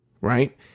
right